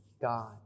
God